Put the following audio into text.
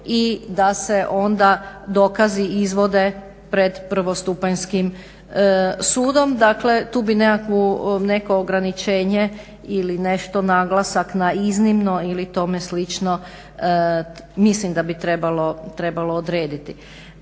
i da se onda dokazi izvode pred prvostupanjskim sudom. Dakle, tu bi neko ograničenje ili nešto naglasak na iznimno ili tome slično mislim da bi trebalo odrediti.